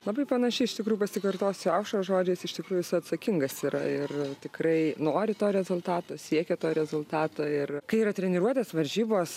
labai panašiai iš tikrųjų pasikartosiu aušros žodžiais iš tikrųjų jisai atsakingas yra ir tikrai nori to rezultato siekia to rezultato ir kai yra treniruotės varžybos